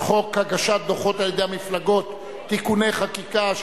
הגשת דוחות על-ידי מפלגות (תיקוני חקיקה),